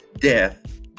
death